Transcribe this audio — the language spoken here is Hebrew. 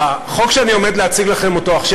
החוק שאני עומד להציג לכם עכשיו,